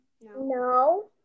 no